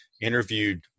interviewed